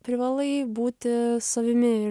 privalai būti savimi ir